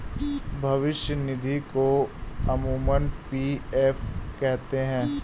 भविष्य निधि को अमूमन पी.एफ कहते हैं